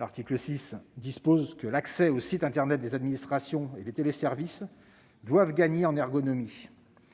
L'article 6 dispose que l'accès aux sites internet des administrations et les téléservices doivent gagner en ergonomie.